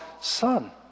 son